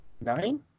nine